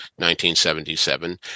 1977